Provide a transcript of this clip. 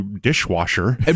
dishwasher